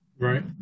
Right